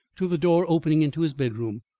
to the door opening into his bedroom.